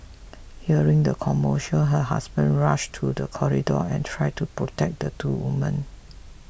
hearing the commotion her husband rush to the corridor and tried to protect the two women